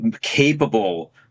capable